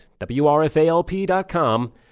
WRFALP.com